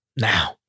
Now